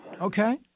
Okay